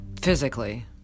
physically